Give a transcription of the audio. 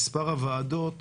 מספר הוועדות